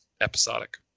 episodic